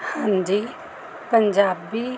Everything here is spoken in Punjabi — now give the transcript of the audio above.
ਹਾਂਜੀ ਪੰਜਾਬੀ